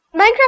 Minecraft